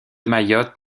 mayotte